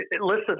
listen